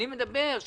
אני מדבר על כך